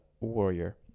warrior